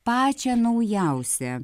pačią naujausią